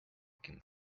vacuum